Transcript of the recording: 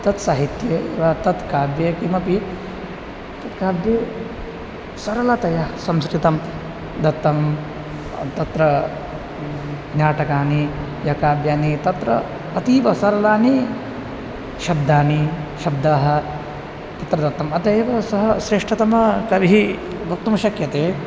तत्साहित्ये वा तत् काव्ये किमपि तत् काव्ये सरलतया संस्कृतं दत्तं तत्र नाटकानि यानि काव्यानि तत्र अतीव सरलाः शब्दाः शब्दाः तत्र दत्ताः अतः एव सः श्रेष्ठतःम कविः वक्तुं शक्यते